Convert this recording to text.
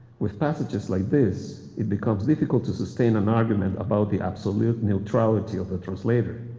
with passages like this, it becomes difficult to sustain an argument about the absolute neutrality of the translator.